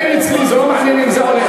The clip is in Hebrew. אין אצלי, זה לא מעניין אם זה הולך.